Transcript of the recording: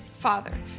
Father